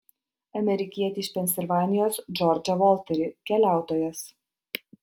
amerikietį iš pensilvanijos džordžą volterį keliautojas